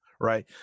right